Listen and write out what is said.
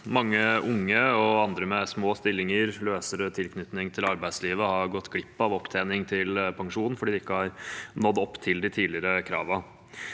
Mange unge og andre med små stillinger og løsere tilknytning til arbeidslivet har gått glipp av opptjening til pensjon, fordi de ikke har nådd opp til de tidligere kravene.